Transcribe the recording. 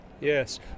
Yes